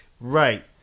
right